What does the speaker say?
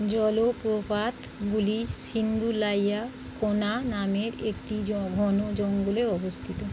জলপ্রপাতগুলি সিন্ধুলাইয়া কোনা নামের একটি জ ঘন জঙ্গলে অবস্থিত